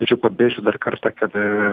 tačiau pabrėšiu dar kartą kad